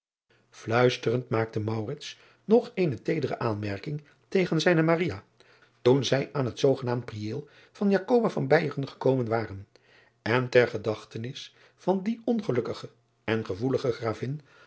luisterend maakte nog eene teedere aanmerking tegen zijne toen zij aan het zoogenaamd riëel van gekomen waren en ter gedachtenis van die ongelukkige en gevoelige ravin